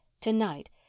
to-night